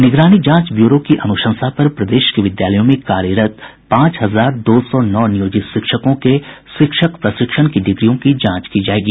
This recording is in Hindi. निगरानी जांच ब्यूरो की अनुशंसा पर प्रदेश के विद्यालयों में कार्यरत पांच हजार दो सौ नौ नियोजित शिक्षकों के शिक्षक प्रशिक्षण की डिग्रियों की जांच की जायेगी